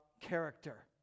character